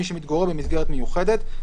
מי שמתגורר במסגרת מיוחדת".